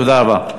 תודה רבה.